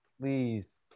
Please